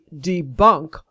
debunk